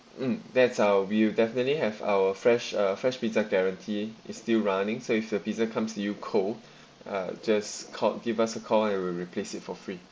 mm that's our view definitely have our fresh uh fresh pizza guarantee is still running so if your pizza comes to you cold uh just called give us a call and we'll replace it for free